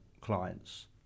clients